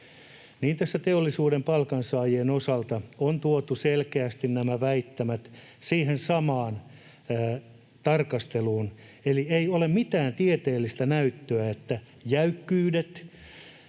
Teollisuuden palkansaajien osalta on tuotu selkeästi nämä väittämät siihen samaan tarkasteluun. Eli ei ole mitään tieteellistä näyttöä, että jäykkyyksiä